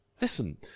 Listen